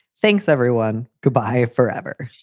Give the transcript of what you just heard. thanks, everyone. goodbye. forever.